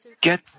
get